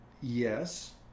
Yes